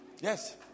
Yes